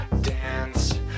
dance